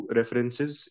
references